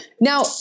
Now-